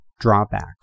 drawbacks